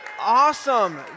Awesome